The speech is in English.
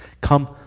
Come